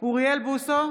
אוריאל בוסו,